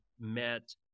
met